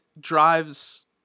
drives